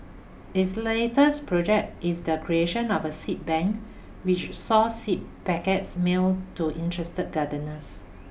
its latest project is the creation of a seed bank which saw seed packets mailed to interested gardeners